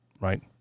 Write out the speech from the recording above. right